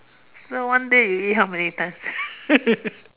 so one day you eat how many times